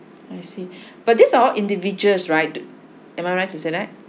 I see but this all individuals right am I right to say that